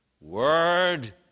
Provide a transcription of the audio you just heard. word